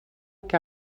que